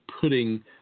putting